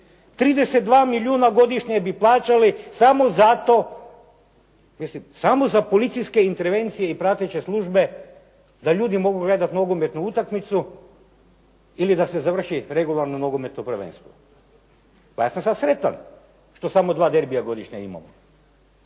32 milijuna godišnje bi plaćali samo zato, samo za policijske intervencije i prateće službe da ljudi mogu gledati nogometnu utakmicu ili da se završi regularno nogometno prvenstvo. Pa ja sam sav sretan što samo dva derbija godišnje imamo